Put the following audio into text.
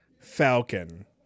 falcon